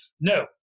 No